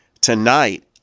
tonight